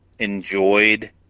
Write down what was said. enjoyed